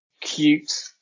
Cute